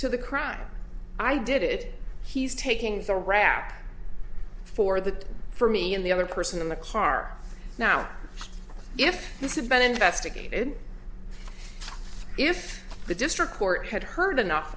to the crime i did it he's taking the rap for that for me and the other person in the car now if this event investigated if the district court had heard enough